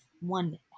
one